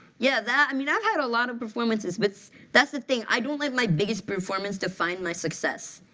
yeah. i mean i've had a lot of performances. that's that's the thing. i don't let my biggest performance define my success.